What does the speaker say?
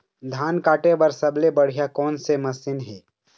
धान काटे बर सबले बढ़िया कोन से मशीन हे?